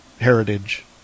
heritage